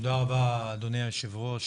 תודה רבה אדוני היו"ר,